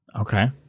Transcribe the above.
Okay